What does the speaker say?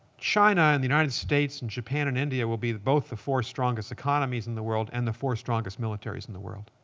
china and the united states and japan and india will be both the four strongest economies in the world and the four strongest militaries in the world.